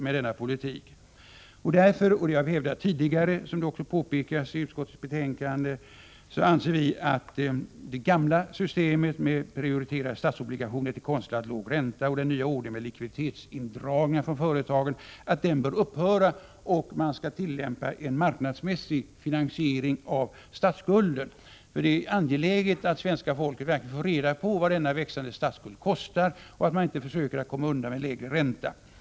Vi har hävdat det tidigare, och det påpekas också i utskottets betänkande, att det gamla systemet med prioriterade statsobligationer till konstlat låg ränta och den nya ordningen med likviditetsindragningar från företagen bör upphöra, och att marknadsmässig finansiering av statsskulden skall tillämpas. Det är angeläget att svenska folket får reda på vad denna växande statsskuld kostar och att man inte försöker komma undan med lägre ränta. Herr talman!